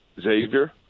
Xavier